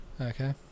okay